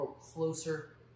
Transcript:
closer